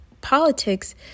politics